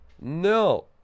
No